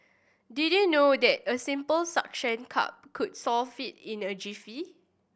did you know that a simple suction cup could solve it in a jiffy